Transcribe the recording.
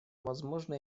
возможно